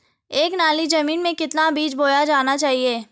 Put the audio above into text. एक नाली जमीन में कितना बीज बोया जाना चाहिए?